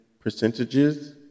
percentages